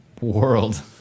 world